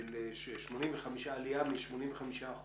של עלייה מ-85%